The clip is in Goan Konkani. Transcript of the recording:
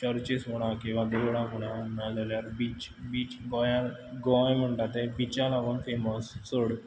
चर्चीज म्हणा किंवां देवळां म्हणा ना जाल्यार बीच बीच गोंयां गोंय म्हणटा तें बिचां लागून फॅमस चड